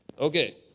Okay